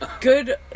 Good